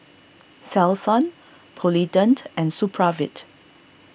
Selsun Polident and Supravit